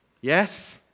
yes